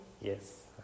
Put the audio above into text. Yes